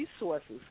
resources